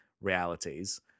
realities